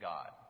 God